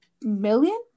million